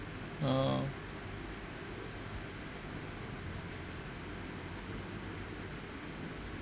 err